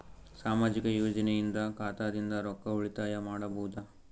ಸಾಮಾಜಿಕ ಯೋಜನೆಯಿಂದ ಖಾತಾದಿಂದ ರೊಕ್ಕ ಉಳಿತಾಯ ಮಾಡಬಹುದ?